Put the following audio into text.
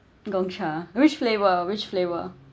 Gongcha which flavour which flavour